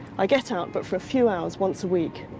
i get out but for a few hours once a week.